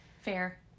Fair